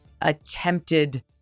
attempted